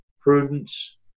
prudence